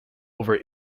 over